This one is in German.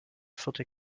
vierte